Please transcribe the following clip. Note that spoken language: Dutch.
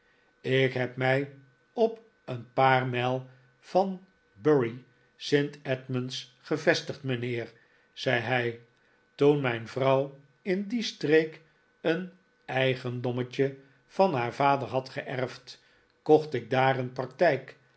ik heb mij op een paar mijl van bury st edmunds gevestigd mijnheer zei hij toen mijn vrouw in die streek een eigendommetje van haar vader had geerfd kocht ik daar een praktijk